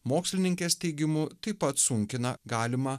mokslininkės teigimu taip pat sunkina galimą